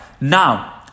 Now